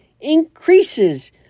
increases